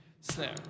snare